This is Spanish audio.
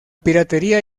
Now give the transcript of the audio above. piratería